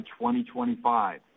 2025